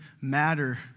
matter